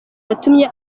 yatumye